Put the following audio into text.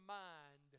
mind